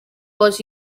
was